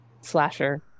slasher